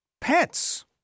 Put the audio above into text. pets